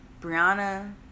Brianna